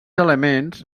elements